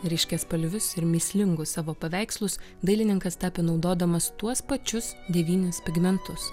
ryškiaspalvius ir mįslingus savo paveikslus dailininkas tapė naudodamas tuos pačius devynis pigmentus